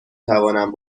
توانم